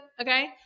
Okay